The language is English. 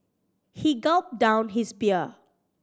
he gulped down his beer